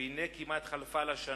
והנה כמעט חלפה לה שנה.